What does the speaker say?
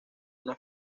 una